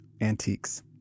antiques